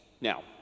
Now